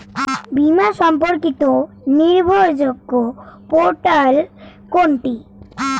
বীমা সম্পর্কিত নির্ভরযোগ্য পোর্টাল কোনটি?